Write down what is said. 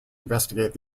investigate